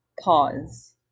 pause